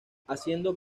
haciendo